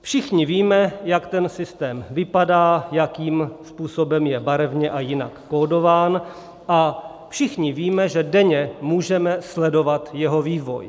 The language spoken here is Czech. Všichni víme, jak ten systém vypadá, jakým způsobem je barevně a jinak kódován, a všichni víme, že denně můžeme sledovat jeho vývoj.